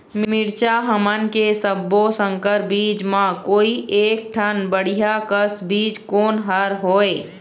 मिरचा हमन के सब्बो संकर बीज म कोई एक ठन बढ़िया कस बीज कोन हर होए?